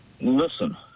listen